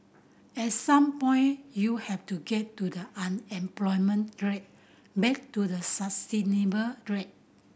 at some point you have to get to the unemployment rate back to the sustainable rate